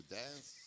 dance